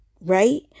right